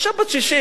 אשה בת 60,